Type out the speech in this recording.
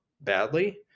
badly